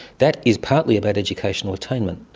that is partly about educational attainment,